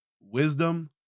Wisdom